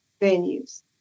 venues